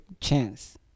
chance